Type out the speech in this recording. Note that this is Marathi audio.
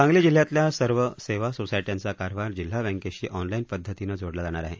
सांगली जिल्ह्यातल्या सर्व सेवा सोसायट्यांचा कारभार जिल्हा बँकेशी ऑनलाइन पद्धतीनं जोडला जाणार आहे